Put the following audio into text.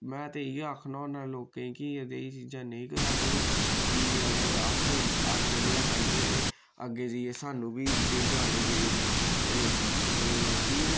मैं ते इय्यै आखना होन लोकें कि देहि चीजां नेईं करा करो कि अगर अस अज्ज देआ करगे ते अग्गे जाइयै स्हानू बी एह् ते ठीक ऐ